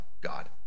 god